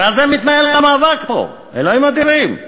הרי על זה מתנהל המאבק פה, אלוהים אדירים.